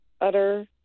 utter